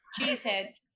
Cheeseheads